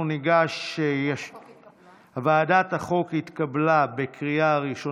(תיקון מס' 31 והוראת שעה), התשפ"ב 2021,